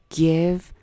give